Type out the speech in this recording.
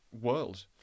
world